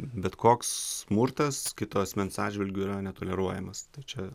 bet koks smurtas kito asmens atžvilgiu yra netoleruojamas tai čia